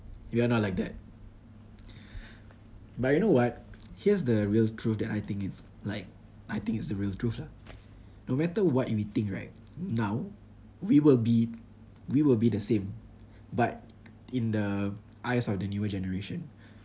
you are not like that but you know what here's the real truth that I think it's like I think is the real truth lah no matter what we think right now we will be we will be the same but in the eyes of the newer generation